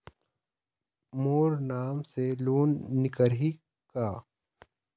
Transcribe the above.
मोर नाम से लोन निकारिही का?